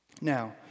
Now